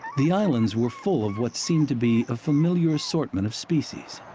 the islands were full of what seemed to be a familiar assortment of species.